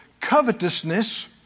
Covetousness